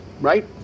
right